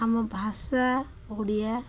ଆମ ଭାଷା ଓଡ଼ିଆ